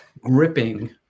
gripping